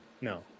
No